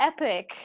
epic